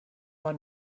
war